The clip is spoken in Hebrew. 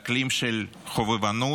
לאקלים של חובבנות,